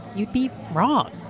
you'd be wrong.